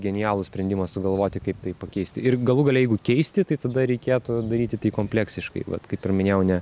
genialų sprendimą sugalvoti kaip tai pakeisti ir galų gale jeigu keisti tai tada reikėtų daryti kompleksiškai vat kaip minėjau ne